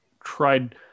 tried